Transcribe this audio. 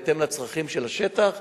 בהתאם לצרכים של השטח,